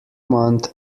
month